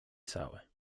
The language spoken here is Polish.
cały